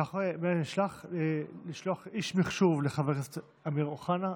לשלוח איש מחשוב לחבר הכנסת אמיר אוחנה,